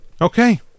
Okay